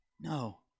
No